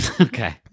Okay